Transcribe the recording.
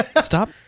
stop